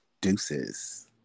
Deuces